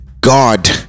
god